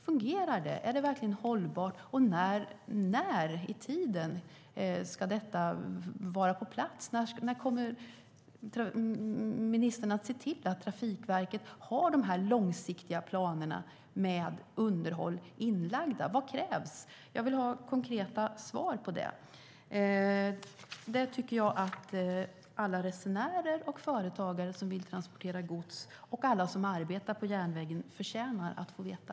Fungerar det? Är det verkligen hållbart? När ska detta vara på plats? När kommer ministern att se till att Trafikverket har de långsiktiga planerna för underhåll inlagda? Vad krävs? Jag vill ha konkreta svar på det. Det tycker jag att alla resenärer, alla företagare som vill transportera gods och alla som arbetar på järnvägen förtjänar att få veta.